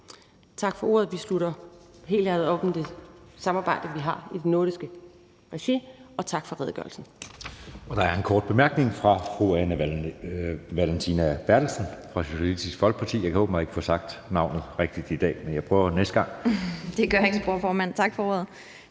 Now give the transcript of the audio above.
Tak for ordet. Vi slutter helhjertet op om det samarbejde, vi har i nordisk regi, og tak for redegørelsen.